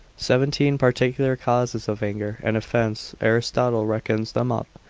seventeen particular causes of anger and offence aristotle reckons them up,